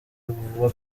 vuba